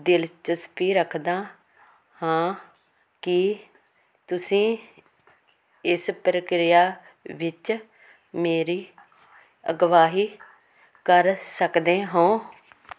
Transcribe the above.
ਦਿਲਚਸਪੀ ਰੱਖਦਾ ਹਾਂ ਕੀ ਤੁਸੀਂ ਇਸ ਪ੍ਰਕਿਰਿਆ ਵਿੱਚ ਮੇਰੀ ਅਗਵਾਈ ਕਰ ਸਕਦੇ ਹੋ